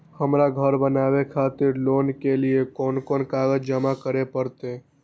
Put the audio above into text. हमरा घर बनावे खातिर लोन के लिए कोन कौन कागज जमा करे परते?